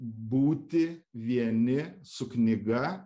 būti vieni su knyga